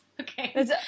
Okay